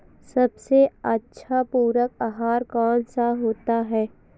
सबसे अच्छा पूरक आहार कौन सा होता है?